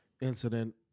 incident